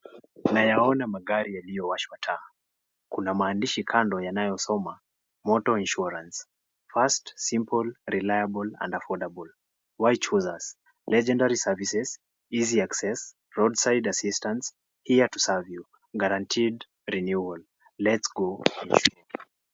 Nayaona magari yaliyowashwa mataa. Kuna maandishi kando yanayosoma; Moto Insurance. Fast, simple, reliable, and affordable. Why choose us? Legendary services. Easy access. Roadside assistance. Here to serve you. Guaranteed renewal. Let's go.